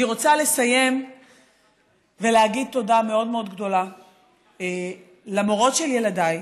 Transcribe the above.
אני רוצה לסיים ולהגיד תודה מאוד מאוד גדולה למורות של ילדיי,